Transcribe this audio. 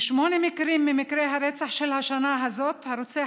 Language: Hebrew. בשמונה ממקרי הרצח של השנה הזאת הרוצח